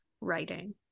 writing